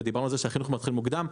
ודיברנו על זה שהחינוך מתחיל מוקדם.